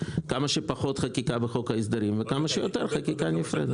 כמה שפחות חקיקה בחוק ההסדרים וכמה שיותר חקיקה נפרדת.